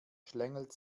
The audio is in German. schlängelt